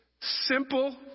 simple